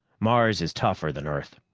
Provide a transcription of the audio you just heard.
mars is tougher than earth.